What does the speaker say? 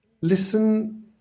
listen